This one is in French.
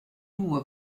vous